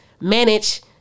manage